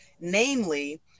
Namely